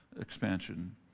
Expansion